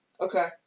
Okay